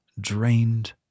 drained